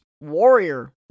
warrior